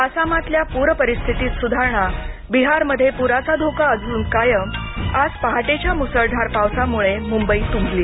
आसामातल्या पूरस्थितीत सुधारणा बिहारमध्ये पुराचा धोका अजून कायम आज पहाटेच्या मुसळधार पावसामुळे मुंबई तुंबली